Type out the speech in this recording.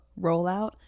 rollout